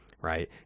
right